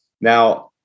now